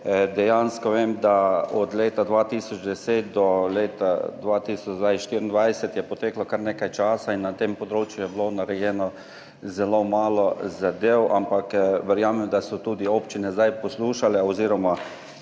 Dejansko vem, da je od leta 2010 do leta 2024 poteklo kar nekaj časa in na tem področju je bilo narejenih zelo malo zadev, ampak verjamem, da so tudi občine zdaj poslušale oziroma